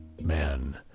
man